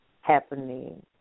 happening